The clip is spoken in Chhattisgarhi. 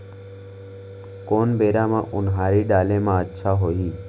कोन बेरा म उनहारी डाले म अच्छा होही?